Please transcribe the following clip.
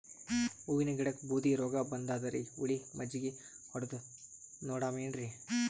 ಹೂವಿನ ಗಿಡಕ್ಕ ಬೂದಿ ರೋಗಬಂದದರಿ, ಹುಳಿ ಮಜ್ಜಗಿ ಹೊಡದು ನೋಡಮ ಏನ್ರೀ?